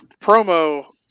promo